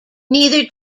neither